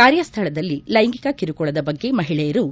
ಕಾರ್ಯಸ್ಥಳದಲ್ಲಿ ಲೈಂಗಿಕ ಕಿರುಕುಳದ ಬಗ್ಗೆ ಮಹಿಳೆಯರೂ